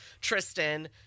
Tristan